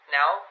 now